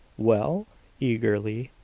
well eagerly.